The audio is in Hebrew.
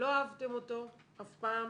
לא אהבתם אותו אף פעם.